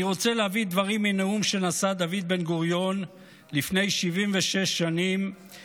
אני רוצה להביא דברים מנאום שנשא דוד בן-גוריון לפני 76 שנים,